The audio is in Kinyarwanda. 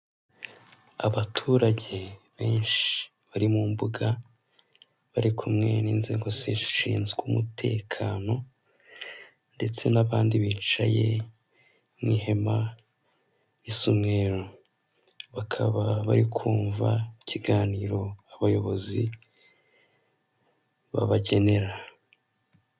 Abaturage benshi bari mu mbuga bari kumwe n'inzego zishinzwe umutekano ndetse n'abandi bicaye n'ihema isa umweru bakaba bari kumva ikiganiro abayobozi babagenera.